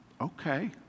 okay